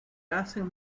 hacen